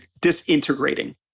disintegrating